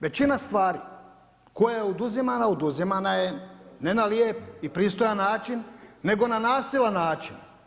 Većina stvari koja je oduzimana, oduzimana je ne na lijep i pristojan način nego na nasilan način.